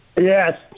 Yes